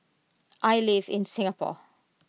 I live in Singapore